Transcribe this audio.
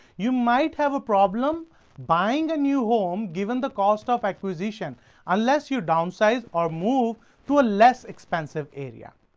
you might have a problem buying a new home given the cost of acquisition unless you downsize or move to a less expensive area.